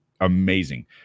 Amazing